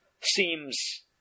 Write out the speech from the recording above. seems